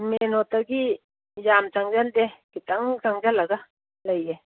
ꯃꯦꯟꯔꯣꯠꯇꯒꯤ ꯌꯥꯝ ꯆꯪꯁꯤꯟꯗꯦ ꯈꯤꯇꯪ ꯆꯪꯖꯤꯜꯂꯒ ꯂꯩꯌꯦ